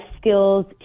skills